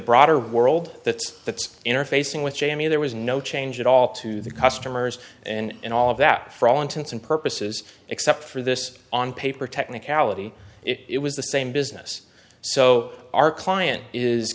broader world that's the interfacing with jamie there was no change at all to the customers and all of that for all intents and purposes except for this on paper technicality it was the same business so our client is